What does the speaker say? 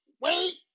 wait